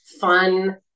fun